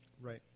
Right